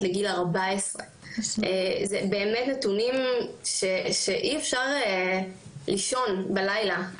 לגיל 14. אלה באמת נתונים שאי אפשר לישון בלילה,